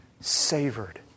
savored